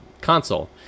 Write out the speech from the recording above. console